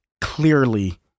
clearly